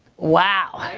wow.